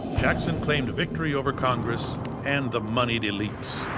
jackson claimed victory over congress and the moneyed elites.